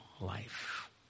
life